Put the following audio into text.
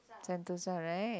Sentosa right